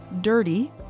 dirty